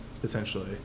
potentially